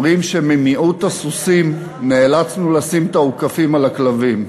אומרים שממיעוט הסוסים נאלצנו לשים את האוכפים על הכלבים.